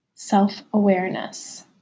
self-awareness